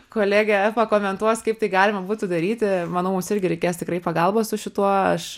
kolegė pakomentuos kaip tai galima būtų daryti manau mums irgi reikės tikrai pagalbos su šituo aš